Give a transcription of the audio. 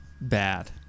bad